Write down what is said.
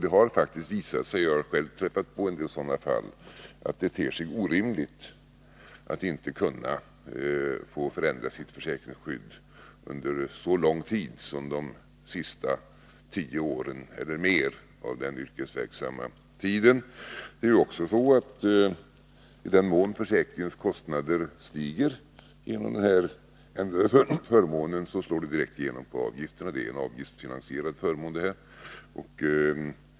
Det har faktiskt visat sig — jag har träffat på en del sådana fall — att det ter sig orimligt att inte kunna få förändra sitt försäkringsskydd under så lång tid som de sista tio åren eller mer av den yrkesverksamma tiden. Det är vidare så att i den mån försäkringskostnaderna stiger genom den ändrade förmånen, slår detta direkt igenom på avgifterna — det är ju fråga om en avgiftsfinansierad förmån.